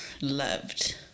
loved